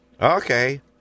Okay